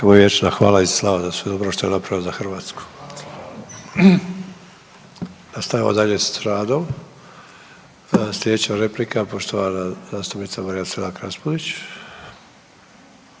hvala i slava za sve ono što je napravio za Hrvatsku. Nastavljamo dalje s radom, slijedeća replika poštovana zastupnica Marija Selak Raspudić.